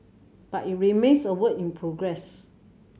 but it remains a work in progress